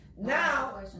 now